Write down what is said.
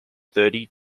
thirty